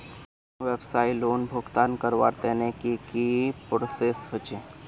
व्यवसाय लोन भुगतान करवार तने की की प्रोसेस होचे?